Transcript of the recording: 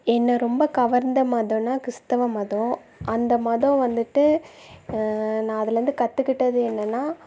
என்ன ரொம்ப கவர்ந்த மதம்னா கிறிஸ்தவ மதம் அந்த மதம் வந்துட்டு நான் அதுலேருந்து கற்றுக்கிட்டது என்னென்னா